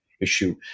issue